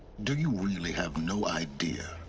do you really have no idea.